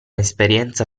esperienza